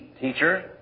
teacher